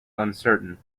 uncertain